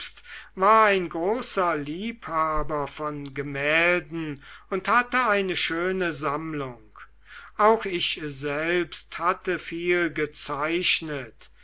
war ein großer liebhaber von gemälden und hatte eine schöne sammlung auch ich selbst hatte viel gezeichnet